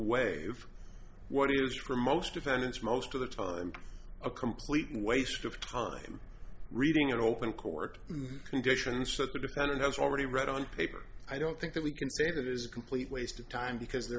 weigh what is for most defendants most of the time a complete waste of time reading in open court conditions that the defendant has already read on paper i don't think that we can say that is a complete waste of time because